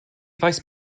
faes